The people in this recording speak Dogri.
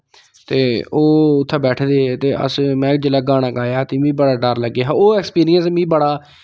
ते ओह् उत्थें बैट्ठे दे हे ते अस में जिसलै गाना गाया ते मीं बड़ा डर लग्गेआ हा ओह् ऐक्सपिरिंय मीं बड़ा